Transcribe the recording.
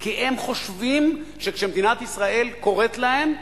כי הם חושבים שכשמדינת ישראל קוראת להם,